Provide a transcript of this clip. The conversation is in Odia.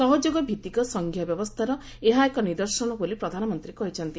ସହଯୋଗଭିଭିକ ସଙ୍ଘୀୟ ବ୍ୟବସ୍ଥାର ଏହା ଏକ ନିଦର୍ଶନ ବୋଲି ପ୍ରଧାନମନ୍ତ୍ରୀ କହିଛନ୍ତି